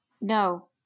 No